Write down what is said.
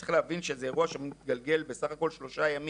צריך להבין שזה אירוע שמתגלגל בסך הכל שלושה ימים,